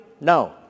No